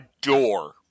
door